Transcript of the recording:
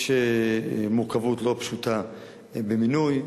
יש מורכבות לא פשוטה במינוי.